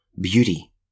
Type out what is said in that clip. Beauty